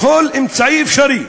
בכל אמצעי אפשרי.